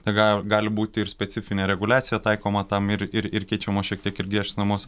ga gali būti ir specifinė reguliacija taikoma tam ir ir keičiamos šiek tiek ir griežtinamos